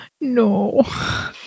No